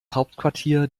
hauptquartier